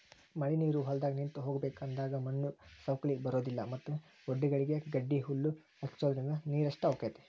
ಮಳಿನೇರು ಹೊಲದಾಗ ನಿಂತ ಹೋಗಬೇಕ ಅಂದಾಗ ಮಣ್ಣು ಸೌಕ್ಳಿ ಬರುದಿಲ್ಲಾ ಮತ್ತ ವಡ್ಡಗಳಿಗೆ ಗಡ್ಡಿಹಲ್ಲು ಹಚ್ಚುದ್ರಿಂದ ನೇರಷ್ಟ ಹೊಕೈತಿ